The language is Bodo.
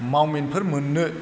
मावमिनफोर मोननो